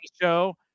show